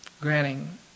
granting